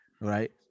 right